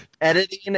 editing